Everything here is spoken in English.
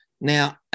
Now